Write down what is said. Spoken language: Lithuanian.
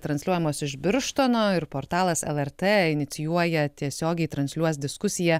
transliuojamos iš birštono ir portalas lrt inicijuoja tiesiogiai transliuos diskusiją